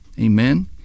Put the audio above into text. Amen